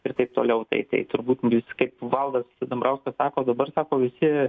ir taip toliau tai tai turbūt jūs kaip valdas dambrauskas sako dabar sako visi